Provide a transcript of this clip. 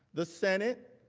the senate,